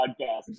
podcast